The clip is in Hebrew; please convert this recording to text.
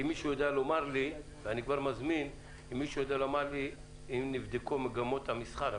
היא אם מישהו יודע לומר לי אם נבדקו מגמות המסחר,